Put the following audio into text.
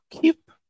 keep